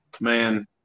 man